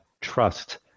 trust